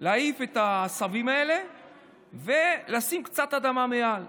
להעיף את העשבים האלה ולשים קצת אדמה מעל,